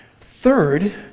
Third